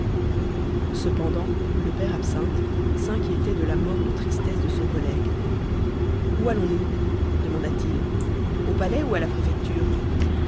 cependant le père absinthe s'inquiétait de la morne tristesse de son collègue où allons-nous demanda-t-il au palais ou à la préfecture